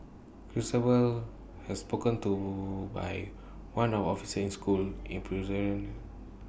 Christabel has spoken to by one of officer in school in presence